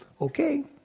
okay